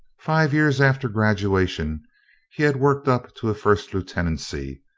five years after graduation he had worked up to a first lieutenancy,